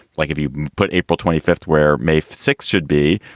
like if you put april twenty fifth, where may six should be.